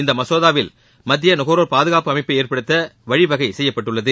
இந்த மசோதாவில் மத்திய நுகர்வோர் பாதுகாப்பு அமைப்பை ஏற்படுத்த வழிவகை செய்யப்பட்டுள்ளது